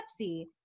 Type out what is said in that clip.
Pepsi